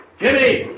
Jimmy